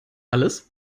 alles